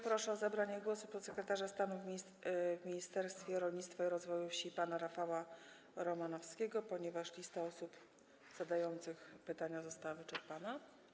Proszę o zabranie głosu podsekretarza stanu w Ministerstwie Rolnictwa i Rozwoju Wsi pana Rafała Romanowskiego, ponieważ lista osób zadających pytania została wyczerpana.